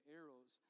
arrows